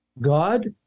God